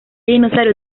dinosaurio